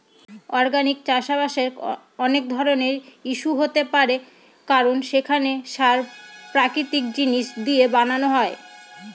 organic চাষবাসের অনেক ধরনের ইস্যু হতে পারে কারণ সেখানে সার প্রাকৃতিক জিনিস দিয়ে বানানো হয়